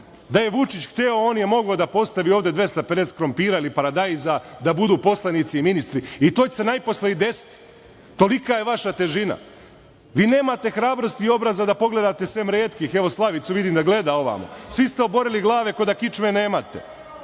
da je Vučić hteo on je mogao da postavi ovde 250 krompira ili paradajza da budu poslanici i ministri i to će se najposle i desiti. Tolika je vaša težina. Vi nemate hrabrosti ni obraza da pogledate sve retkih, evo Slavicu vidim da gleda ovamo, svi ste oborili glave kao da kičme i čekate